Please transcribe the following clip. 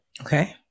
Okay